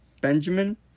Benjamin